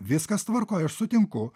viskas tvarkoj aš sutinku